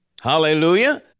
Hallelujah